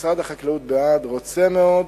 משרד החקלאות בעד, רוצה מאוד,